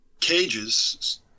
cages